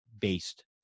based